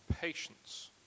patience